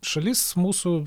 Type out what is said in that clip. šalis mūsų